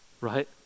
right